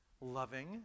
loving